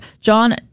John